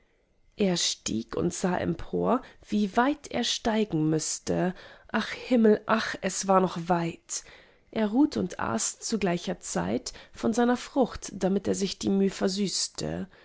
er stieg und sah empor wie weit er steigen müßte ach himmel ach es war noch weit er ruht und aß zu gleicher zeit von seiner frucht damit er sich die müh versüßte